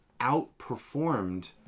outperformed